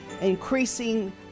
increasing